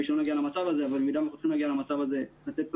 אני מקווה שלא נגיע למצב הזה לתת את